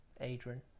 Adrian